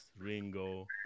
Ringo